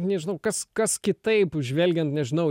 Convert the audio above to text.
nežinau kas kas kitaip žvelgiant nežinau